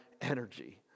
energy